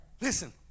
listen